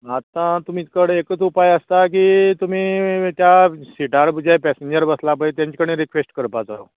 आता तुमी तर एकूच उपाय आसा की तुमी त्या सिटार म्हणजे पॅसेंजर बसला पळय तेंचे कडेन रिक्वेस्ट करपाचो